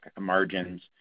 margins